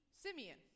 Simeon